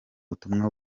butumwa